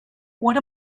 what